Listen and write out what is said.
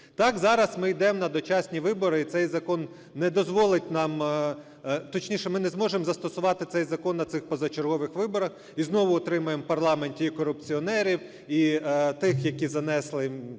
Так, зараз ми йдемо на дочасні вибори і цей закон не дозволить нам, точніше, ми не зможемо застосувати цей закон на цих позачергових виборах і знову отримуємо в парламенті і корупціонерів, і тих, які занесли